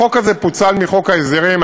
החוק הזה פוצל מחוק ההסדרים,